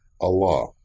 Allah